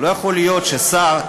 לא יכול להיות ששר,